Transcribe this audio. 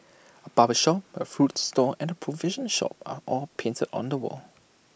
A barber shop A fruit stall and A provision shop are all painted on the wall